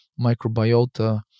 microbiota